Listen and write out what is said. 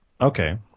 Okay